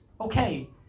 Okay